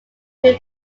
who